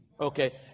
okay